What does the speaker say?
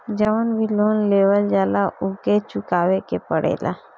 जवन भी लोन लेवल जाला उके चुकावे के पड़ेला